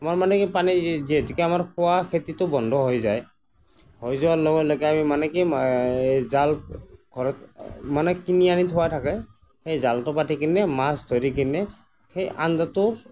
আমাৰ মানে কি পানী যিহেতুকে খোৱা খেতিটো বন্ধ হৈ যায় হৈ যোৱাৰ লগে লগে আমি মানে কি এই জাল ঘৰত মানে কিনি আনি থোৱা থাকে সেই জালটো পাতি কিনে মাছটো ধৰি কিনে সেই আঞ্জাটো